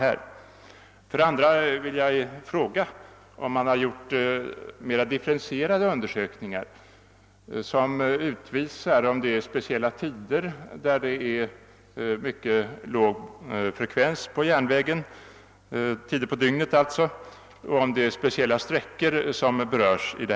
För det andra vill jag fråga om mera differentierade undersökningar har gjorts som utvisar om resandefrekvensen är mycket låg speciella tider på dygnet och om speciella sträckor är berörda.